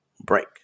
break